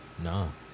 No